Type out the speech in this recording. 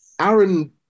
Aaron